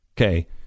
Okay